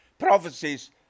prophecies